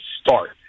start